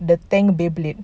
the tank beyblade